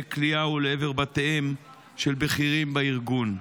כליאה ולעבר בתיהם של בכירים בארגון.